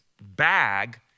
bag